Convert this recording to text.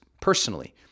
personally